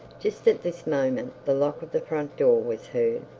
just at this moment the lock of the front door was heard,